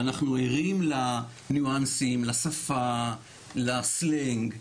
ואנחנו ערים לניואנסים, לשפה, לסלנג,